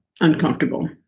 uncomfortable